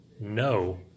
no